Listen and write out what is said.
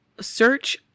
search